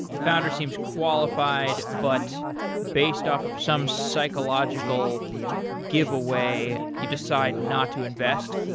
founder seems qualified, but based off of some psychological giveaway, you decide not to invest.